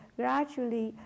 gradually